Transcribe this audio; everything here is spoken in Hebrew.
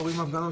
לא רואים הפגנה,